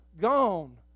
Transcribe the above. gone